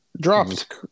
Dropped